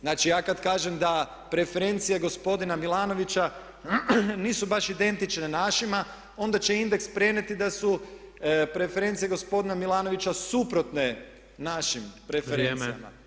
Znači ja kad kažem da preferencije gospodina Milanovića nisu baš identične našima, onda će Index prenijeti da su preference gospodina Milanovića suprotne našim preferencama.